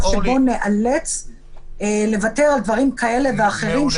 שבו ניאלץ לוותר על דברים כאלה ואחרים,